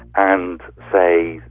and, say,